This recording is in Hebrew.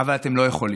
אבל אתם לא יכולים.